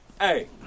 Hey